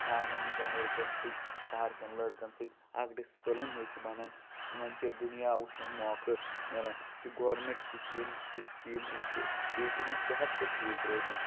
گامَن ہِندٮ۪ن لڑکن سۭتۍ شہرکٮ۪ن لڑکن سۭتۍ اکھ ڈِسپٕلن ہیوو چھُ بنان وۄنۍ چھُ دُنیاہ وُچھنُک موقع مِلان یہِ چھِ گورمینٹ سِکیٖم سۭتۍ چھِ یِم بیٚیہِ چھُ یِمن صحت تہِ ٹھیٖک روزان